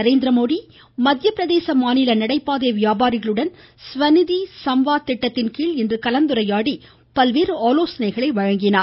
நரேந்திரமோடி மத்தியப்பிரதேச மாநில நடைபாதை வியாபாரிகளுடன் ஸ்வநிதி ஸம்வாத் திட்டத்தின்கீழ் இன்று கலந்துரையாடி பல்வேறு ஆலோசனைகளை வழங்கினார்